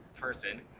person